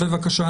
בבקשה.